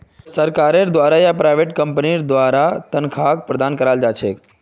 सरकारेर द्वारा या प्राइवेट कम्पनीर द्वारा तन्ख्वाहक प्रदान कराल जा छेक